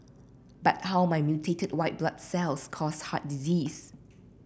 but how might mutated white blood cells cause heart disease